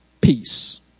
Peace